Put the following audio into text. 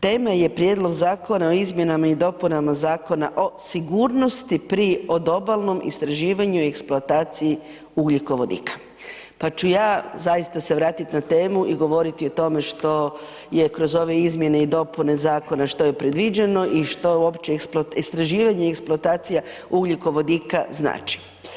Tema je Prijedlog Zakona o izmjenama i dopunama Zakona o sigurnosti pri odobalnom istraživanju i eksploataciji ugljikovodika pa ću ja zaista se vratiti na temu i govoriti o tome što je kroz ove izmjene i dopune zakona, što je predviđeno i što uopće istraživanje i eksploatacija ugljikovodika znači.